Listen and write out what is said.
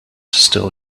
still